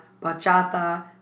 bachata